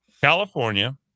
California